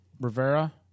Rivera